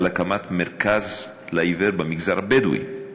על הקמת מרכז לעיוור במגזר הבדואי.